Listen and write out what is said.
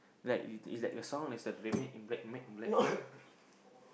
like is is like your strong is like someone in black matte black John